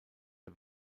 der